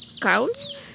counts